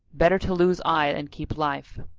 better to lose eye and keep life!